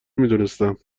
میدونستم